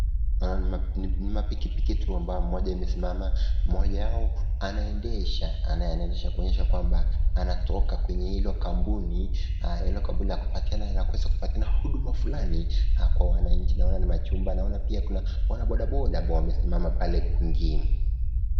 Ni mapikipiki tu ambayo moja iesimama, mmoja yao anaendesha kuonyesha kwamba anatoka kwenye hilo kampuni, la kuweza kupatiana huduma fulani kwa wananchi, naona ni majumba na naona pia kuna wana bodaboda ambapo wamesimama kule kwingine.